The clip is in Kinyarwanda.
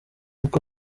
uko